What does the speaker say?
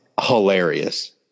hilarious